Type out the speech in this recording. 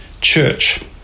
church